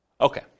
Okay